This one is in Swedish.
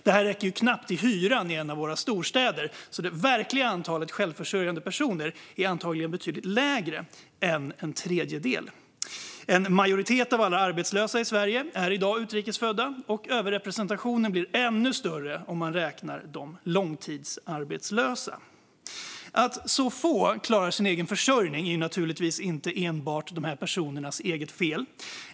Detta räcker knappt till hyran i en av våra storstäder, så det verkliga antalet självförsörjande personer är antagligen betydligt lägre än en tredjedel. En majoritet av alla arbetslösa i Sverige i dag är utrikes födda, och överrepresentationen blir ännu större om man räknar de långtidsarbetslösa. Att så få klarar sin egen försörjning är givetvis inte enbart dessa personers eget fel.